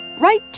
right